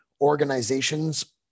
organizations